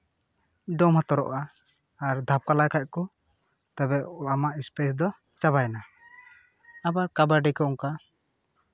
ᱫᱚᱢ ᱦᱟᱛᱟᱨᱚᱜᱼᱟ ᱟᱨ ᱫᱷᱟᱯᱞᱟ ᱞᱮ ᱠᱷᱟᱡ ᱫᱚ ᱛᱚᱵᱮ ᱟᱢᱟᱥ ᱮᱥᱯᱮᱥ ᱫᱚ ᱪᱟᱵᱟᱭᱮᱱᱟ ᱟᱵᱟᱨ ᱠᱟᱵᱟᱰᱤ ᱠᱚ ᱚᱱᱠᱟ